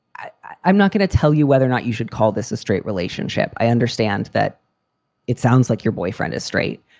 i'm not going to tell you whether or not you should call this a straight relationship. i understand that it sounds like your boyfriend is straight.